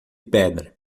pedra